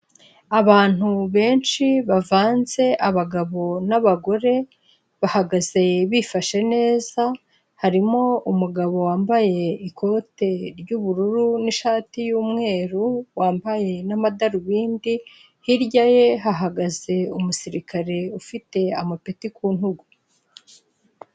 Abantu benshi bavanze abagabo n'abagore, bahagaze bifashe neza, harimo umugabo wambaye ikote ry'ubururu n'ishati y'umweru wambaye n'amadarubindi, hirya ye hahagaze umusirikare ufite amapeti ku ntugu.